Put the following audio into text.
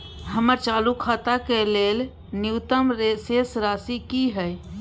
हमर चालू खाता के लेल न्यूनतम शेष राशि की हय?